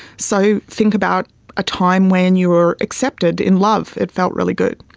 so think about a time when you were accepted, in love, it felt really good.